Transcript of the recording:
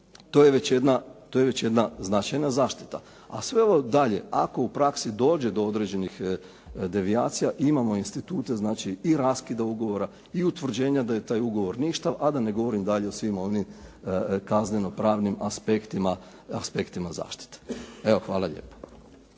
to je već jedna značajna zaštita. A sve ovo dalje ako u praksi dođe do određenih devijacija imamo institute, znači i raskide ugovora i utvrđenja da je taj ugovor ništav, a da ne govorim o svim onim kazneno-pravnim aspektima zaštite. Evo hvala lijepo.